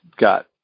got